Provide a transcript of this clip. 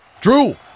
Drew